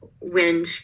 wind